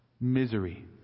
Misery